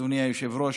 אדוני היושב-ראש,